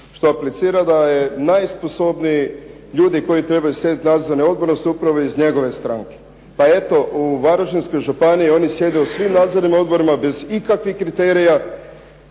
Što aplicira da najsposobniji ljudi koji trebaju sjediti u nadzorni odbori su upravo iz njegove stranke. Pa eto u Varaždinskoj županiji oni sjede u svim nadzornim odborima bez ikakvih kriterija.